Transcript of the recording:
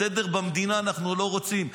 סדר במדינה לא רוצים.